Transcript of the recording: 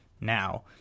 now